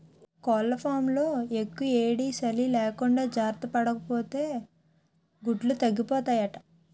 కోళ్లఫాంలో యెక్కుయేడీ, సలీ లేకుండా జార్తపడాపోతే గుడ్లు తగ్గిపోతాయట